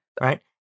Right